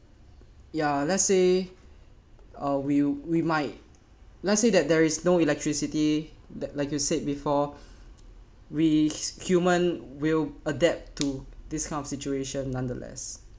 ya let's say uh we we might let's say that there is no electricity that like you said before we human will adapt to this kind of situation nonetheless